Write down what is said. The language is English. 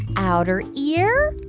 outer ear,